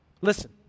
Listen